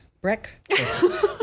breakfast